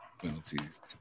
penalties